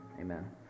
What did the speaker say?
Amen